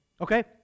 Okay